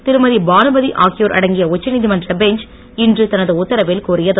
திருமதிபானுமதி ஆகியோர் அடங்கிய உச்ச நீதிமன்ற பெஞ்ச் இன்று தனது உத்தரவில் கூறியது